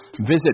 Visit